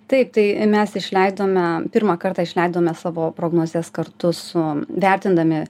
taip tai mes išleidome pirmą kartą išleidome savo prognozes kartu su vertindami